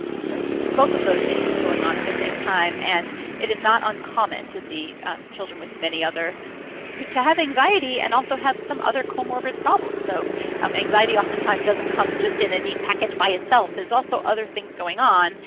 both of those issues going on at the same time. and it is not uncommon to see children with many other to have anxiety and also have some other co-morbid problems. so um anxiety oftentimes doesn't come just in a neat package by itself. there's also other things going on,